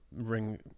ring